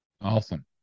Awesome